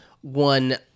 one